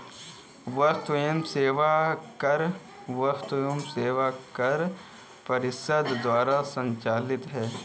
वस्तु एवं सेवा कर वस्तु एवं सेवा कर परिषद द्वारा संचालित है